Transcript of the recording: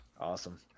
Awesome